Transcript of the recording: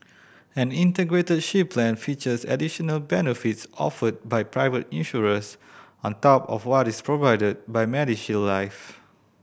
an Integrated Shield Plan features additional benefits offered by private insurers on top of what is provided by MediShield Life